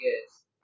Yes